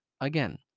again